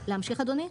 להמשיך אדוני?